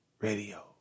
Radio